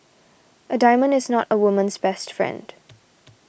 a diamond is not a woman's best friend